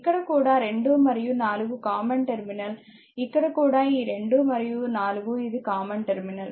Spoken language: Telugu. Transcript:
ఇక్కడ కూడా 2 మరియు 4 కామన్ టెర్మినల్ ఇక్కడ కూడా ఈ 2 మరియు 4 ఇది కామన్ టెర్మినల్